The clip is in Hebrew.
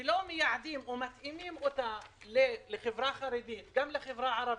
ולא מתאימים אותה לחברה החרדית ולחברה הערבית,